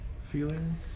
feeling